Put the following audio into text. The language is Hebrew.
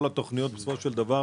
כל התוכניות בסופו של דבר